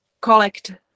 collect